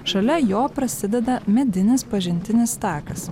šalia jo prasideda medinis pažintinis takas